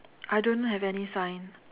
I don't have any sign